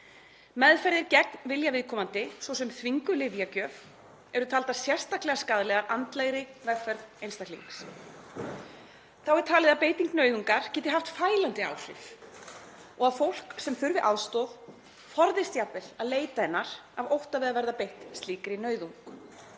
Meðferðir gegn vilja viðkomandi, svo sem þvinguð lyfjagjöf, eru taldar sérstaklega skaðlegar andlegri vegferð einstaklings. Þá er talið að beiting nauðungar geti haft fælandi áhrif og að fólk sem þarf aðstoð forðist jafnvel að leita hennar af ótta við að verða beitt slíkri nauðung.